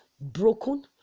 broken